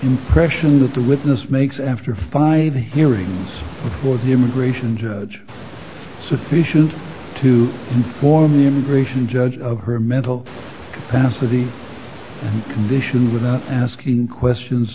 impression that the witness makes after five hearings before the immigration judge it's sufficient to inform the immigration judge of her mental capacity and condition without asking questions